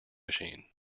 machine